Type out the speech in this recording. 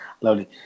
Lovely